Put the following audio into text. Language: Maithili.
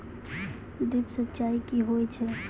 ड्रिप सिंचाई कि होय छै?